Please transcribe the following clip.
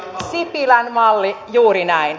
sipilän malli juuri näin